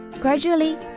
gradually